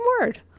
word